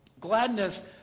Gladness